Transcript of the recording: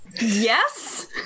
Yes